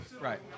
Right